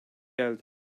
geldi